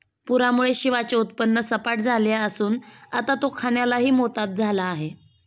पूरामुळे शिवाचे सर्व उत्पन्न सपाट झाले असून आता तो खाण्यालाही मोताद झाला आहे